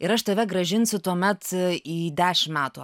ir aš tave grąžinsiu tuomet į dešimt metų